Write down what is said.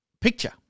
picture